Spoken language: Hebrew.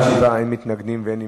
בעד, 7, אין מתנגדים ואין נמנעים.